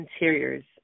Interiors